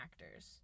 actors